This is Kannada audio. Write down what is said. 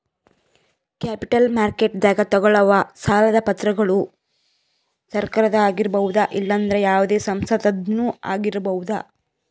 ಕ್ಯಾಪಿಟಲ್ ಮಾರ್ಕೆಟ್ದಾಗ್ ತಗೋಳವ್ ಸಾಲದ್ ಪತ್ರಗೊಳ್ ಸರಕಾರದ ಆಗಿರ್ಬಹುದ್ ಇಲ್ಲಂದ್ರ ಯಾವದೇ ಸಂಸ್ಥಾದ್ನು ಆಗಿರ್ಬಹುದ್